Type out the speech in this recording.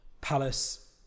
Palace